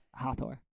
Hathor